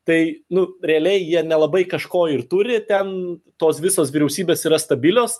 tai nu realiai jie nelabai kažko ir turi ten tos visos vyriausybės yra stabilios